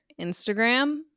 Instagram